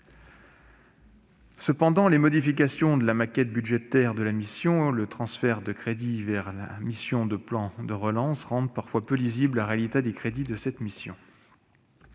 Cependant, les modifications de la maquette budgétaire de la mission et le transfert de crédits vers la mission « Plan de relance » rendent parfois peu lisible la réalité des crédits de cette mission.